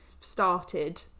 started